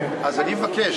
אז אני מבקש,